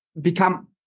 become